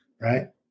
right